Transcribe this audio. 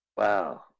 Wow